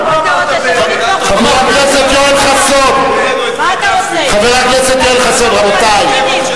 מה אתה רוצה, שלא נתקוף, תחשוף מה אמרת באמת.